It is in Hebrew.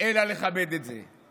אלא לכבד את זה.